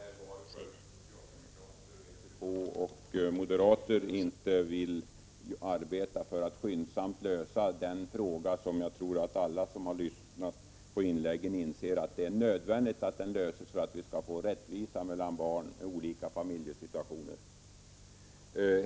Herr talman! Sverre Palm gav inga förklaringar till varför socialdemokra 24 april 1986 terna, vpk:s representant och moderaterna inte vill arbeta för att skyndsamt lösa frågan om beskattningen av barnpension. Jag tror att alla som har lyssnat på inläggen inser att det är nödvändigt att den löses för att vi skall få rättvisa mellan barn med olika familjesituationer.